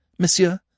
Monsieur